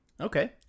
Okay